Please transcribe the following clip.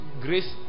grace